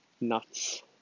nuts